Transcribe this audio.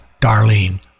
Darlene